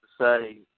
say